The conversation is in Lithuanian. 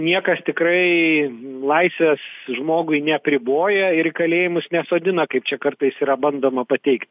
niekas tikrai laisvės žmogui neapriboja ir į kalėjimus nesodina kaip čia kartais yra bandoma pateikt